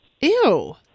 Ew